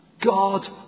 God